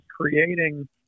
creating